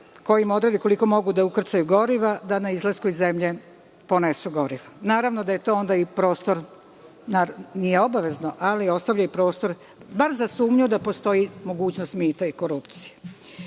koji im odredi koliko mogu da ukrcaju goriva, na izlasku iz zemlje ponesu gorivo. Naravno da to onda i prostorno nije obavezno, ali ostavljaju prostor bar za sumnju da postoji mogućnost mita i korupcije. Takođe,